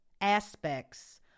aspects